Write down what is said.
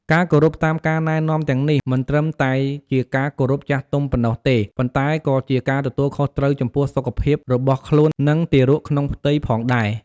ការគោរពតាមការណែនាំទាំងនេះ មិនត្រឹមតែជាការគោរពចាស់ទុំប៉ុណ្ណោះទេ ប៉ុន្តែក៏ជាការទទួលខុសត្រូវចំពោះសុខភាពរបស់ខ្លួន និងទារកក្នុងផ្ទៃផងដែរ។